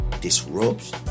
disrupts